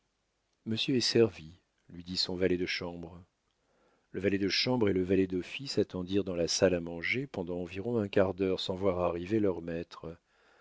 monsieur est servi lui dit son valet de chambre le valet de chambre et le valet d'office attendirent dans la salle à manger pendant environ un quart d'heure sans voir arriver leurs maîtres